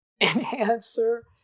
enhancer